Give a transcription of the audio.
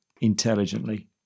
intelligently